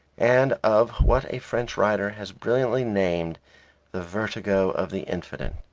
and of what a french writer has brilliantly named the vertigo of the infinite,